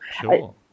Sure